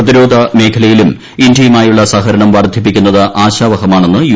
പ്രതിരോധ മേഖലയിലും ഇന്ത്യി ്യുമായുള്ള സഹകരണം വർദ്ധിപ്പിക്കുന്നത് ആശാവ്ഹമാണെന്ന് യു